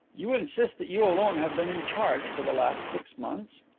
you insist that you alone have been in charge for the last six months?